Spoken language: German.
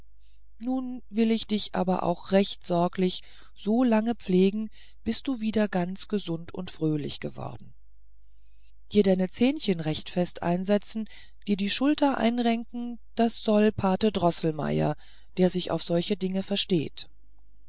nun will ich dich aber auch recht sorglich so lange pflegen bis du wieder ganz gesund und fröhlich geworden dir deine zähnchen recht fest einsetzen dir die schultern einrenken das soll pate droßelmeier der sich auf solche dinge versteht